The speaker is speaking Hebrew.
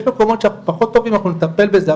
מקומות שאנחנו פחות טובים אנחנו נטפל בזה,